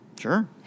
Sure